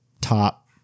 top